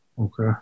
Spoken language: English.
Okay